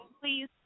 Please